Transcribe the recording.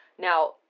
Now